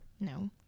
No